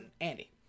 Andy